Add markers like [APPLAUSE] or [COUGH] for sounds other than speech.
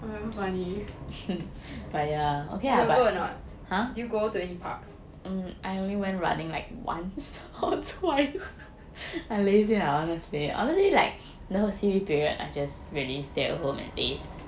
!wah! damn funny you got go or not did you go to any parks [LAUGHS]